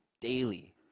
daily